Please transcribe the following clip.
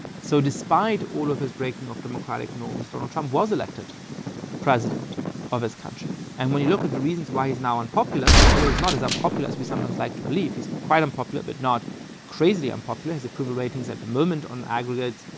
so despite all of his breaking of democratic norms, donald trump was electing president of this country. and when you look at the reasons why he's now unpopular, and by the way he's not as unpopular as we sometimes like to believe, he's quite unpopular but not crazy unpopular, his approval ratings at the moment on aggregates